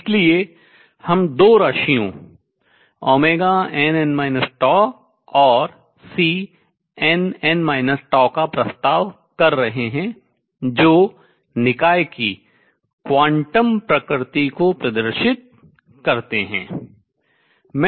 इसलिए हम दो राशियों nn और Cnn का प्रस्ताव कर रहे हैं जो निकाय की क्वांटम प्रकृति को प्रदर्शित करते हैं